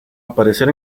aparecer